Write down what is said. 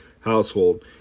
household